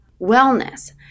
wellness